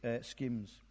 schemes